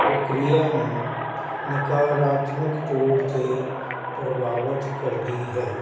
ਪ੍ਰਕਿਰਿਆ ਨੂੰ ਨਕਾਰਾਤਮਕ ਤੌਰ 'ਤੇ ਪ੍ਰਭਾਵਿਤ ਕਰਦੀ ਹੈ